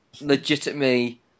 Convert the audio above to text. legitimately